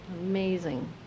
amazing